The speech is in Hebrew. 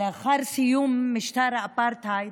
לאחר סיום משטר האפרטהייד,